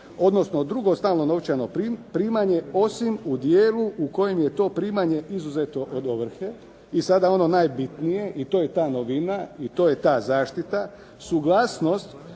odnosno drugo stalno novčano primanje osim u dijelu u kojem je to primanje izuzeto od ovrhe. I sada ono najbitnije, i to je ta novina i to je ta zaštita. Suglasnost